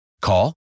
Call